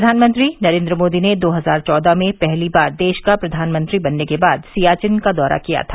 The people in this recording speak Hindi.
प्रधानमंत्री नरेन्द्र मोदी ने दो हज़ार चौदह में पहली बार देश का प्रधानमंत्री बनने के बाद सियाचिन का दौरा किया था